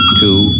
two